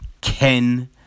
Ken